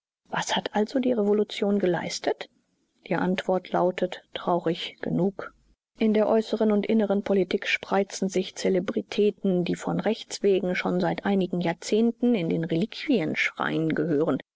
was hat also die revolution geleistet die antwort lautet traurig genug in der äußeren und inneren politik spreizen sich zelebritäten die von rechts wegen schon seit einigen jahrzehnten in den reliquienschrein gehören